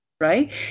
right